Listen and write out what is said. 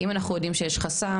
אם אנחנו יודעים שיש חסם,